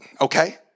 okay